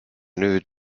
nüüd